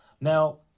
Now